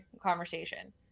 conversation